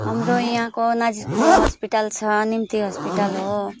हाम्रो यहाँको नजिकको हस्पिटल छ निम्ति हस्पिटल हो